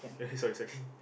sorry sorry